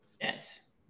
yes